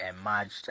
emerged